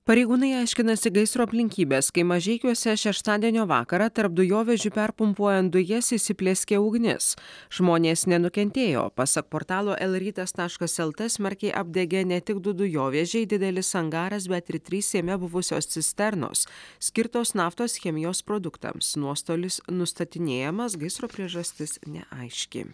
pareigūnai aiškinasi gaisro aplinkybes kai mažeikiuose šeštadienio vakarą tarp dujovežių perpumpuojant dujas įsiplieskė ugnis žmonės nenukentėjo pasak portalo lrytas taškas lt smarkiai apdegė ne tik du dujovežiai didelis angaras bet ir trys jame buvusios cisternos skirtos naftos chemijos produktams nuostolis nustatinėjamas gaisro priežastis neaiški